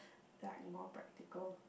like more practical